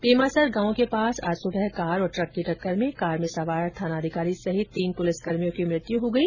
पेमासर गांव के पास आज सुबह कार और ट्रक की टेक्कर में कार में सवार थानाधिकारी सहित तीन पुलिस कर्भियों की मृत्यु हो गई